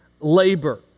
labor